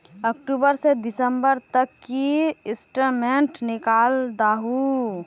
अक्टूबर से दिसंबर तक की स्टेटमेंट निकल दाहू?